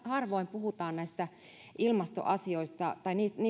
harvoin puhumme ilmastoasioita